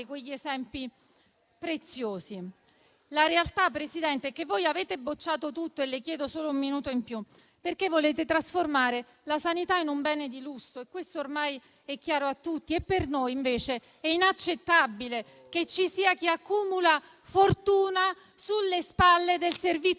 quegli esempi preziosi. La realtà è che voi avete bocciato tutto - Presidente, le chiedo solo un minuto in più - perché volete trasformare la sanità in un bene di lusso e questo ormai è chiaro a tutti. Per noi, invece, è inaccettabile che ci sia chi accumula fortuna sulle spalle del Servizio